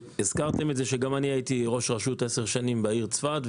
הזכרתם שגם אני הייתי ראש רשות במשך עשר שנים בעיר צפת,